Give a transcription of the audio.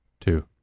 Two